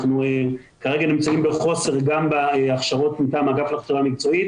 אנחנו כרגע נמצאים בחוסר גם בהכשרות מטעם האגף להכשרה מקצועית